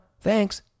Thanks